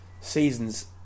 seasons